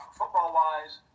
football-wise